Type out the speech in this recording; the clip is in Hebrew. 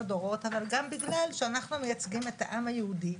דורות אבל גם בגלל שאנחנו מייצגים את העם היהודי,